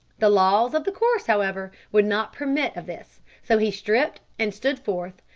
the laws of the course, however, would not permit of this, so he stripped and stood forth,